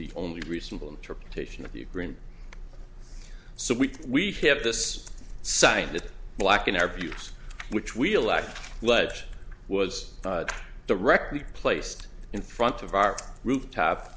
the only reasonable interpretation of the agreement so we we have this side that black in our views which we'll act ledge was directly placed in front of our rooftop